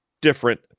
different